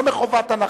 לא מחובת הנחה,